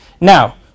Now